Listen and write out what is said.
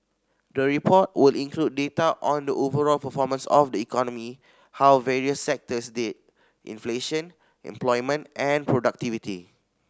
the report will include data on the overall performance of the economy how various sectors did inflation employment and productivity